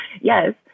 Yes